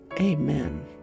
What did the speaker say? Amen